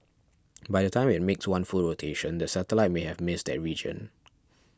by the time it makes one full rotation the satellite may have missed that region